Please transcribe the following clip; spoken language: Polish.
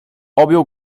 objął